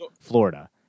Florida